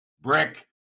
brick